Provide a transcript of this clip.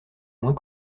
moins